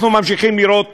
אנחנו ממשיכים לראות